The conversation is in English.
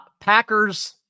Packers